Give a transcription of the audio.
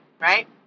right